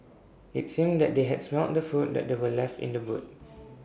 IT seemed that they had smelt the food that they were left in the boot